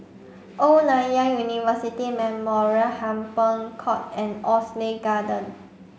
Old Nanyang University Memorial Hampton Court and Oxley Garden